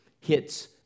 hits